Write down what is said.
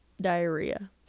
diarrhea